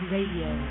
Radio